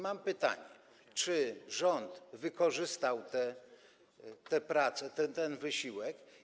Mam pytanie: Czy rząd wykorzystał te prace, ten wysiłek?